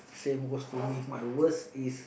same goes to me my worst is